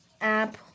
app